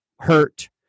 hurt